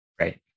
Right